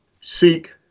seek